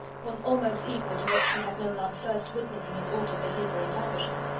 was almost equal to what she had known on first witnessing his altered behaviour in derbyshire.